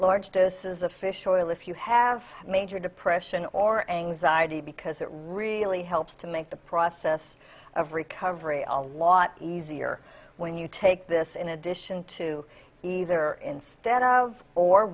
large doses of fish oil if you have major depression or anxiety because it really helps to make the process of recovery a lot easier when you take this in addition to either instead of or